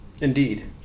Indeed